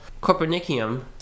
Copernicium